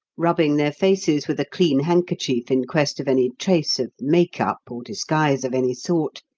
rubbing their faces with a clean handkerchief in quest of any trace of make-up or disguise of any sort,